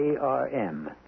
ARM